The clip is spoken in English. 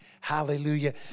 Hallelujah